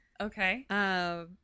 Okay